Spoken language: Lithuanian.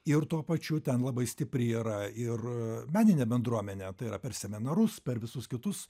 ir tuo pačiu ten labai stipri yra ir meninė bendruomenė yra per seminarus per visus kitus